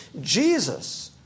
Jesus